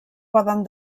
poden